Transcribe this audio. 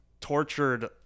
tortured